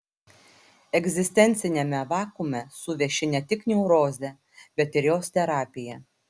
egzistenciniame vakuume suveši ne tik neurozė bet ir jos terapija